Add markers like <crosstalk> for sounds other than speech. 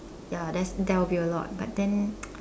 ya that's that will be a lot but then <noise>